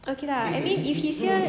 okay lah I mean if he's here